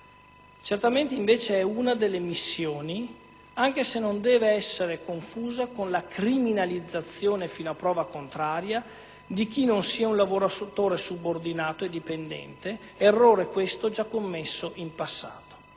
Certamente è una delle missioni, anche se non deve essere confusa con la criminalizzazione fino a prova contraria di chi non sia un lavoratore subordinato e dipendente, errore questo già commesso in passato.